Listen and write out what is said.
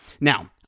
Now